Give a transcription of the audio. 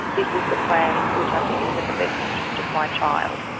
this is the plan which i think is in the best interests of my child.